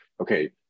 okay